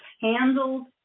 handled